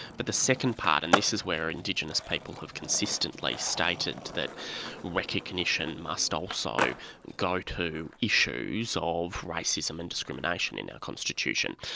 but the second part, and this is where indigenous people have consistently stated that recognition must also go to issues ah of racism and discrimination in our constitution.